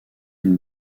une